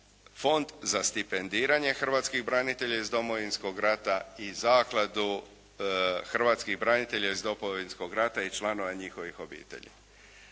Fond za stipendiranje hrvatskih branitelja iz Domovinskog rata i Zakladu hrvatskih branitelja iz Domovinskog rata i članova njihovih obitelji.